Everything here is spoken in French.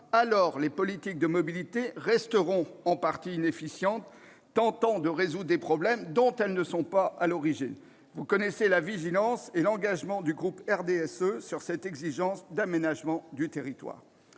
les politiques de mobilité resteront en partie inefficientes, tentant de résoudre des problèmes dont elles ne sont pas à l'origine. Vous connaissez la vigilance et l'engagement du groupe du RDSE en faveur de cette exigence d'aménagement du territoire.